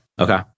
Okay